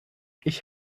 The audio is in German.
ich